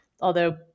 although-